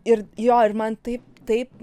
ir jo ir man taip taip